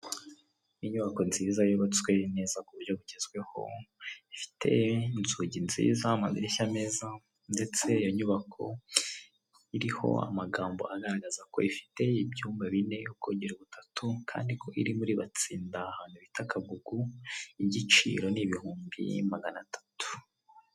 Inyubako nziza yubatswe neza ku buryo bugezweho ifite inzugi nziza amadirishya meza ndetse iyo nyubako iriho amagambo agaragaza ko ifite ibyumba bine ,ubwogero butatu kandi ko iri muri batsinda ahantu bita kagugu igiciro ni ibihumbi maganatatu .